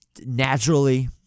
naturally